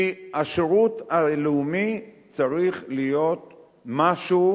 כי השירות הלאומי צריך להיות משהו